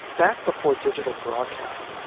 back before digital broadcast,